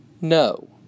No